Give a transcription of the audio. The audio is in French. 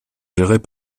gérées